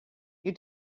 you